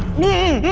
no!